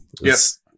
yes